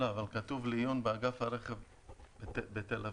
אבל כתוב: לעיון באגף הרכב בתל אביב,